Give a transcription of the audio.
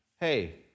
hey